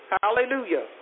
Hallelujah